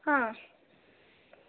ಹಾಂ